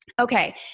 Okay